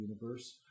universe